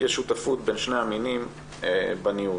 יש שותפות בין שני המינים בניהול.